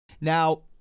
Now